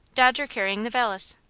dodger carrying the valise.